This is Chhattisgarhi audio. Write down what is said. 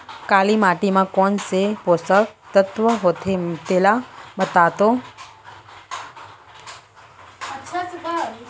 काली माटी म कोन से पोसक तत्व होथे तेला बताओ तो?